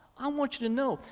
um want you to know,